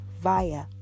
via